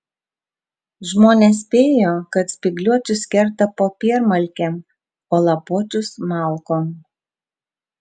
žmonės spėjo kad spygliuočius kerta popiermalkėm o lapuočius malkom